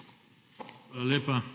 Hvala.